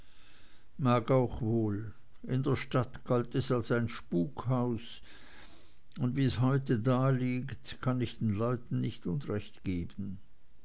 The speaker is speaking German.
mag auch wohl in der stadt galt es als ein spukhaus und wie's heute daliegt kann ich den leuten nicht unrecht geben